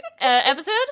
episode